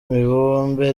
mibumbe